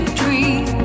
dream